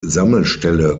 sammelstelle